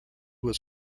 was